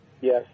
Yes